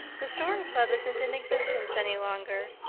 the story club isn't in existence any longer.